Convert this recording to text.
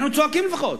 אנחנו צועקים לפחות.